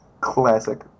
Classic